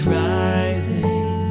rising